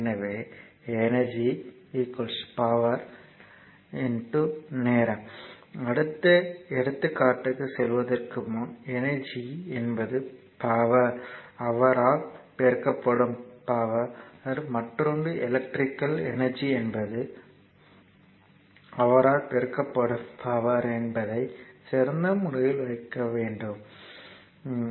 எனவே energy P power நேரம் அடுத்த எடுத்துக்காட்டுக்குச் செல்வதற்கு முன் எனர்ஜி என்பது ஹவர் ஆல் பெருக்கப்படும் பவர் மற்றொன்று எலக்ட்ரிகல் எனர்ஜி என்பது ஹவர் ஆல் பெருக்கப்படும் பவர் என்பதை சிறந்த முறையில் வைக்க முடியும்